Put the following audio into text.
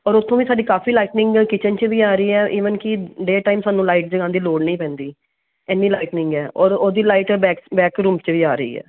ਔਰ ਉਥੋਂ ਵੀ ਸਾਡੀ ਕਾਫੀ ਲਾਈਟਨਿੰਗ ਕਿਚਨ 'ਚ ਵੀ ਆ ਰਹੀ ਹੈ ਈਵਨ ਕਿ ਡੇ ਟਾਈਮ ਸਾਨੂੰ ਲਾਈਟ ਜਗਾਉਣ ਦੀ ਲੋੜ ਨਹੀਂ ਪੈਂਦੀ ਇੰਨੀ ਲਾਈਟਨਿੰਗ ਹੈ ਔਰ ਉਹਦੀ ਲਾਈਟ ਬੈਕ ਬੈਕ ਰੂਮ 'ਚ ਵੀ ਆ ਰਹੀ ਹੈ